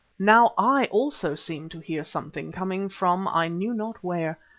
now i also seemed to hear something coming from i knew not where,